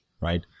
right